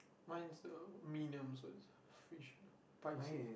mine is uh so its fish Pisces